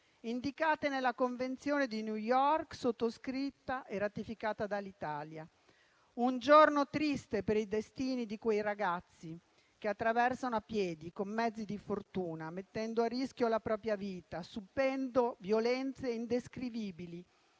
indicate nella Convenzione di New York, sottoscritta e ratificata dall'Italia; è un giorno triste per i destini di quei ragazzi che attraversano a piedi Paesi interi, con mezzi di fortuna, mettendo a rischio la propria vita, subendo violenze indescrivibili,